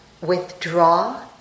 withdraw